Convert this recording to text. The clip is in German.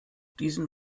diesen